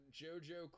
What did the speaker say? jojo